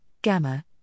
Gamma